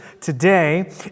today